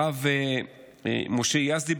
הרב משה יזדי,